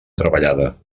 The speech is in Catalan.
treballada